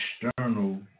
external